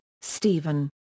Stephen